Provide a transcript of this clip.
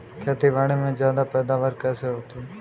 खेतीबाड़ी में ज्यादा पैदावार कैसे होती है?